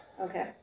Okay